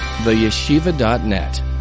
TheYeshiva.net